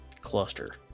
cluster